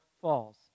falls